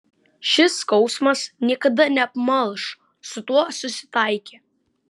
šis skausmas niekada neapmalš su tuo susitaikė